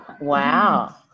Wow